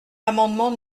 l’amendement